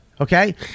Okay